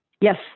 Yes